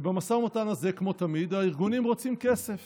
ובמשא ומתן הזה, כמו תמיד, הארגונים רוצים כסף